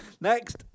Next